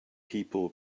people